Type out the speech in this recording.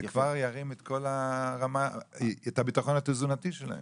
זה כבר ירים את הביטחון התזונתי שלהם.